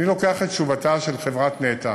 אני לוקח את תשובתה של חברת נת"ע,